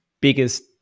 biggest